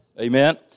Amen